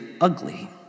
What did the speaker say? ugly